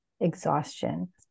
exhaustion